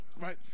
right